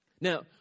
Now